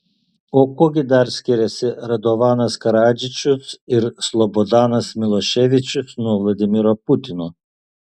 o kuo gi dar skiriasi radovanas karadžičius ir slobodanas miloševičius nuo vladimiro putino